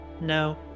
No